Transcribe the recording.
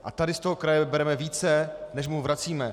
A tady z toho kraje bereme více, než mu vracíme.